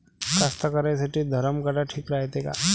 कास्तकाराइसाठी धरम काटा ठीक रायते का?